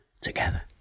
together